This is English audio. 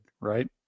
right